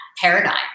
paradigm